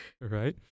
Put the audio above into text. Right